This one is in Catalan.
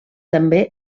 també